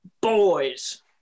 boys